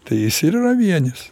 tai jis ir yra vienis